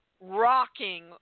rocking